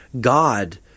God